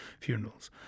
funerals